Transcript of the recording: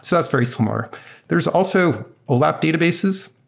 so that's very similar. there is also olap databases.